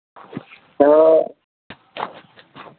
तऽ